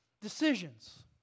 decisions